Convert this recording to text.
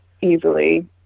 easily